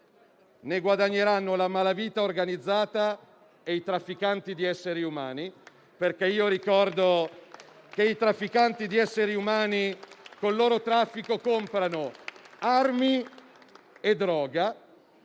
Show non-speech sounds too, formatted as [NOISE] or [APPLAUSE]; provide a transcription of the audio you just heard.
ne guadagneranno la malavita organizzata e i trafficanti di esseri umani. [APPLAUSE] Ricordo infatti che i trafficanti di esseri umani con il loro traffico comprano armi e droga